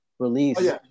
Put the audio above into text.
release